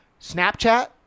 Snapchat